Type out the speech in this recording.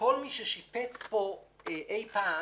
כל מי ששיפץ פה אי פעם